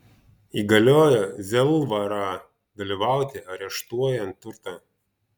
įgaliojo zelvarą dalyvauti areštuojant turtą